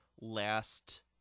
last